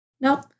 Nope